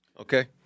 Okay